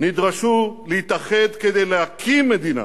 נדרשו להתאחד כדי להקים מדינה,